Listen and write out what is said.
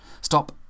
Stop